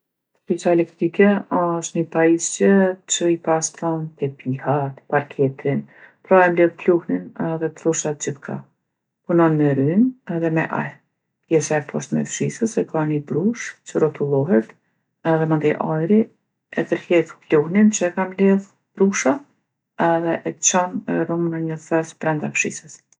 Fshisa elektrke osht ni pajisjse që i pastron tepihat, parketin, pra e mledh pluhnin dhe troshat gjithkah. Punon me rrymë edhe me ajr. Pjesa e poshtme e fshisës e ka ni brushë që rottullohet edhe mandej ajri e tërhjekë pluhnin që e ka mledh brusha edhe e çon e run në një thes brenda fshisës.